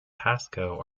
pasco